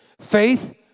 Faith